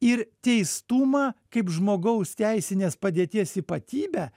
ir teistumą kaip žmogaus teisinės padėties ypatybę